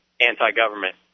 anti-government